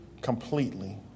completely